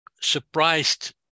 surprised